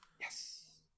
yes